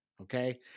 okay